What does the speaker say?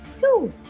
two